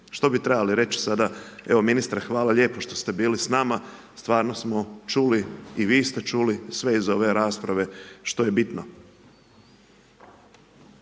Što bi trebali reći sada, evo ministre hvala lijepo što ste bili s nama, stvarno smo čuli i vi ste čuli sve iz ove rasprave što je bitno.